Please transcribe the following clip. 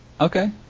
Okay